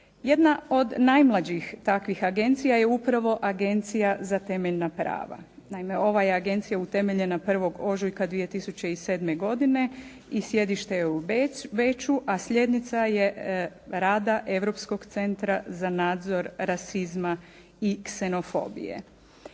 Jedna od najmlađih takvih agencija je upravo Agencija za temeljna prava. Naime ova je agencija utemeljena 1. ožujka 2007. godine i sjedište je u Beču, a sljednica je rada Europskog centra za nadzor rasizma i ksenofobije.